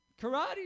Karate